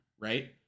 right